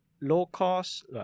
low-cost